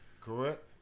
correct